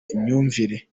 imyumvire